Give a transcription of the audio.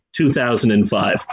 2005